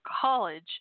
college